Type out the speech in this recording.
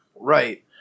right